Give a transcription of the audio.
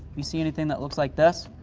you see anything that looks like this,